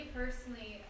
personally